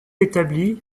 établies